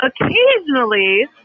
Occasionally